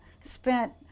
spent